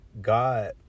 God